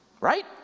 right